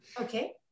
Okay